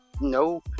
no